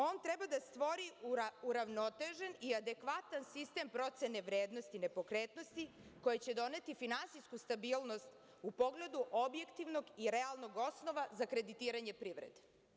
On treba da stvori uravnotežen i adekvatan sistem procene vrednosti nepokretnosti koji će doneti finansijsku stabilnost u pogledu objektivnog i realnog osnova za kreditiranje privrede.